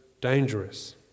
dangerous